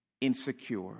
insecure